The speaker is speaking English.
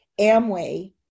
Amway